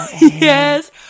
Yes